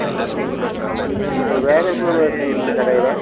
ம் சரி வேறு என்னெல்லாம் இருக்குது உங்கள் கடையில்